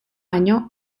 año